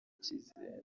icyizere